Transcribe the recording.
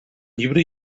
llibre